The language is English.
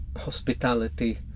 hospitality